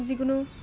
যিকোনো